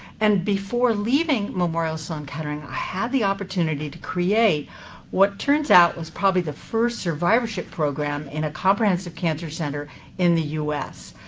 and before leaving memorial sloan kettering, i had the opportunity to create what turns out was probably the first survivorship program in a comprehensive cancer center in the u s.